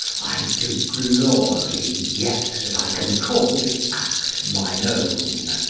i do glory yet, that i can call this act mine own.